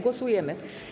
Głosujemy.